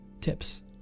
Tips